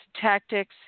tactics